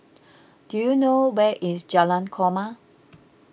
do you know where is Jalan Korma